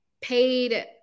paid